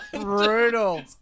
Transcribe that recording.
brutal